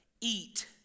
Eat